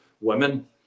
women